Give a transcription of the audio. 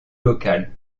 local